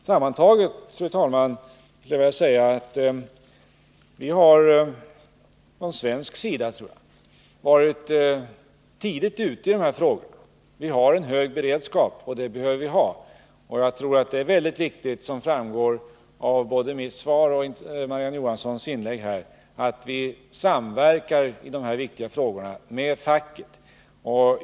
Sammantaget, fru talman, skulle jag vilja säga att jag tror att vi från svensk sida varit tidigt ute i dessa frågor. Vi har en hög beredskap, och det behöver vi ha. Det är väldigt viktigt — det framgår både av mitt svar och av Marie-Ann Johanssons inlägg — att vi i dessa betydelsefulla frågor samverkar med facket.